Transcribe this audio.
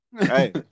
Hey